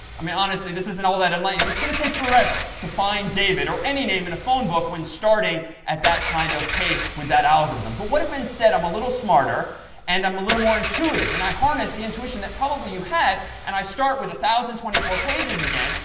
i mean, honestly, this isn't all that enlightening. it's going to take forever to find david or any name in a phone book when starting at that kind of pace with that algorithm. but what if, instead, i'm a little smarter and i'm a little more intuitive? and i harness the intuition that probably you had and i start with one thousand and twenty four pages again,